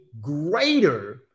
greater